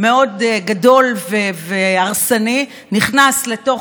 אדוני יושב-ראש הכנסת,